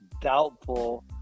doubtful